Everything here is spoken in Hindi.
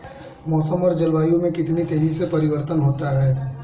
मौसम और जलवायु में कितनी तेजी से परिवर्तन होता है?